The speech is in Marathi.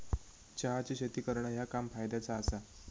चहाची शेती करणा ह्या काम फायद्याचा आसा